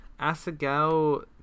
Asagao